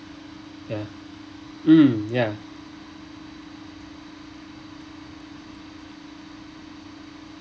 ya mm ya